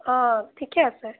অঁ ঠিকেই আছে